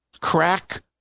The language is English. crack